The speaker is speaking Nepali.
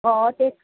अँ त्यही त